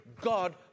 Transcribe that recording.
God